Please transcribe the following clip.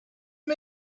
you